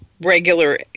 regular